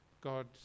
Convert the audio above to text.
God